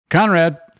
Conrad